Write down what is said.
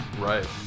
Right